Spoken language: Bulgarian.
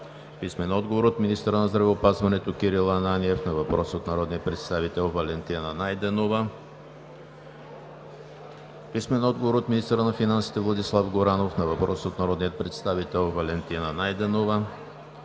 Найденова; - министъра на здравеопазването Кирил Ананиев на въпрос от народния представител Валентина Найденова; - министъра на финансите Владислав Горанов на въпрос от народния представител Валентина Найденова;